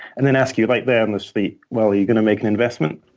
and then ask you right there on the street, well, are you going to make an investment?